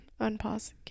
unpause